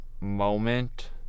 moment